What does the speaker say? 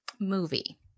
Movie